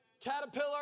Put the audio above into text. Caterpillar